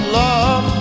love